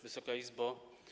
Wysoka Izbo!